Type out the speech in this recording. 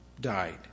died